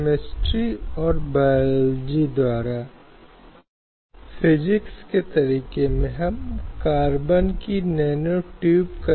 और दूसरा भाग हमने देखा है कि भारतीय संविधान के भाग तीन के तहत कुछ मौलिक अधिकारों की गारंटी है